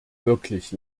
wirklich